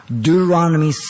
Deuteronomy